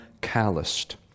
calloused